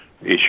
issue